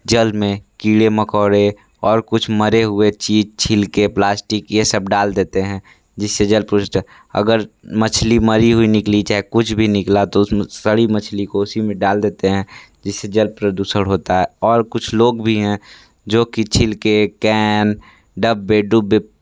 जल में कीड़े मकौड़े और कुछ मरे हुए चीज छिलके प्लास्टिक यह सब डाल देते हैं जिससे जल अगर मछली मरी हुई निकली जाए कुछ भी निकला तो उसमें सड़ी मछली को उसी में डाल देते हैं जिससे जल प्रदूषण होता है और कुछ लोग भी हैं जो की छिलके कैन डब्बे डुब्बे